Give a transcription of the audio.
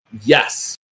yes